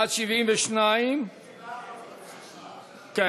עד 72. לא